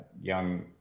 young